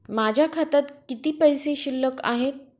माझ्या खात्यात किती पैसे शिल्लक आहेत?